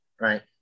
right